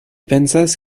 pensas